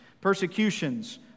persecutions